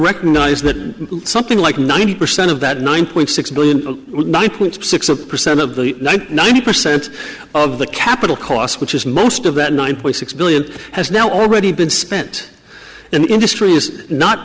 recognize that something like ninety percent of that nine point six billion nine point six percent of the ninety percent of the capital cost which is most of that nine point six billion has now already been spent in industry is not